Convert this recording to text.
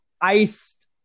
iced